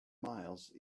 miles